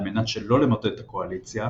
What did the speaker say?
על מנת שלא למוטט את הקואליציה,